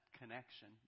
connection